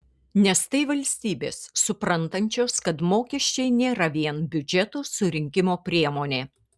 nes tai valstybės suprantančios kad mokesčiai nėra vien biudžeto surinkimo priemonė